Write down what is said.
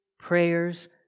Prayers